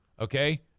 okay